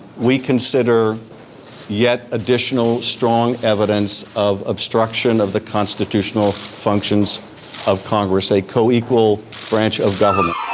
we consider yet additional strong evidence of obstruction of the constitutional functions of congress say coequal branch of government